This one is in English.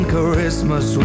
Christmas